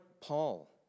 Paul